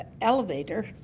elevator